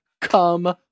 come